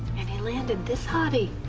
and he landed this hottie!